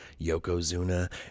Yokozuna